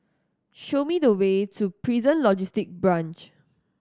show me the way to Prison Logistic Branch